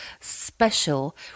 special